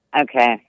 Okay